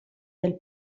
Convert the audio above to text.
del